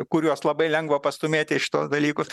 kuriuos labai lengva pastūmėti į šituos dalykus